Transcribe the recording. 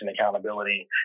accountability